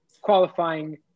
qualifying